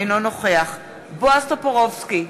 אינו נוכח בועז טופורובסקי,